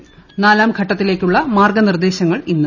ന് നാലാം ഘട്ടത്തില്ലേക്കുള്ള മാർഗനിർദേശങ്ങൾ ഇന്ന്